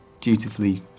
dutifully